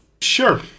Sure